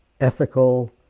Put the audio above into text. ethical